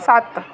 सत्त